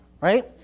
Right